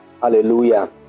Hallelujah